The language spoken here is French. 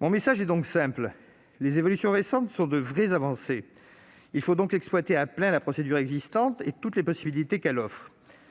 Mon message est donc simple : les évolutions récentes sont de vraies avancées. Il faut donc exploiter à plein la procédure existante et toutes les possibilités qu'elle offre.